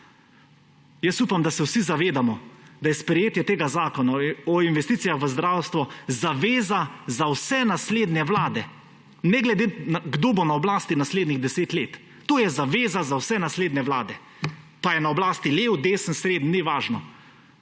Upam, da se vsi zavedamo, da je sprejetje tega zakona o investicijah v zdravstvo zaveza za vse naslednje vlade, ne glede na to, kdo bo na oblasti naslednjih deset let. To je zaveza za vse naslednje vlade, pa je na oblasti levi, desni, srednji, ni važno.